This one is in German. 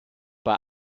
bei